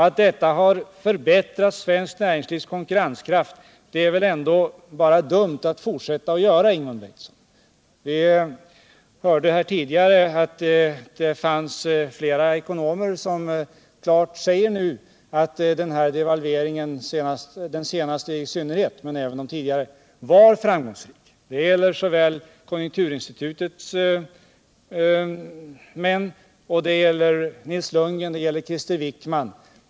Att detta har förbättrat svenskt näringslivs konkurrenskraft är det väl ändå bara dumt att fortsätta att förneka, Ingemund Bengtsson? Vi hörde tidigare att flera ekonomer nu klart säger att devalveringarna, i synnerhet den senaste, var framgångsrika. Det gäller Konjunkturinstitutets män, det gäller Nils Lundgren och Krister Wickman.